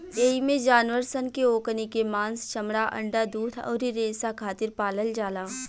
एइमे जानवर सन के ओकनी के मांस, चमड़ा, अंडा, दूध अउरी रेसा खातिर पालल जाला